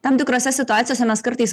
tam tikrose situacijose mes kartais